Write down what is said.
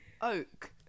oak